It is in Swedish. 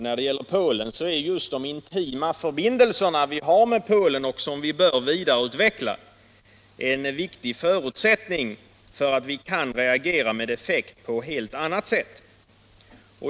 När det gäller Polen är just de intima förbindelser som vi har med det landet och som vi bör vidareutveckla en viktig förutsättning för att vi kan reagera med effekt på ett helt annat sätt.